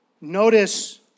Notice